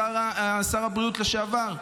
שר הבריאות לשעבר.